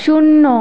শূন্য